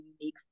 unique